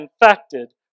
infected